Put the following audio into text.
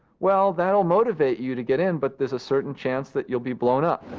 well, that'll motivate you to get in but there is a certain chance that you'll be blown up.